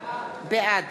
בעד